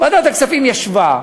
ועדת הכספים ישבה,